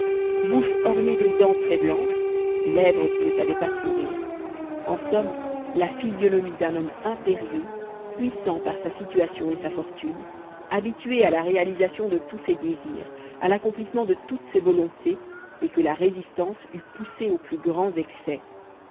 bouche ornée de dents très blanches lèvres qui ne savaient pas sourire en somme la physionomie d'un homme impérieux puissant par sa situation et sa fortune habitué à la réalisation de tous ses désirs à l'accomplissement de toutes ses volontés et que la résistance eût poussé aux plus grands excès